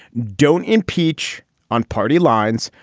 don't impeach on party lines.